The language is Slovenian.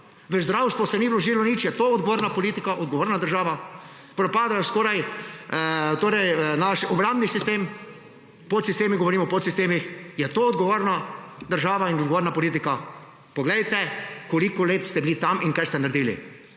V zdravstvo se ni vložilo nič – je to odgovorna politika, odgovorna država? Skoraj propada naš obrambni sistem, podsistemi, govorim o podsistemih – je to odgovorna država in odgovorna politika? Poglejte, koliko let ste bili tam in kaj ste naredili.